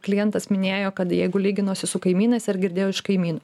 klientas minėjo kad jeigu lyginosi su kaimynais ar girdėjo iš kaimynų